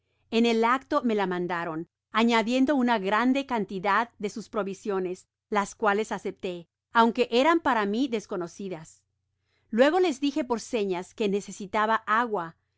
en el acto me la mandaron añadiendo una grande cantidad de sus provisiones las cuales acepté aunque eran para mi desconocidas luego les dije por serias que necesitaba agua